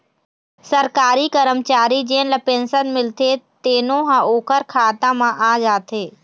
सरकारी करमचारी जेन ल पेंसन मिलथे तेनो ह ओखर खाता म आ जाथे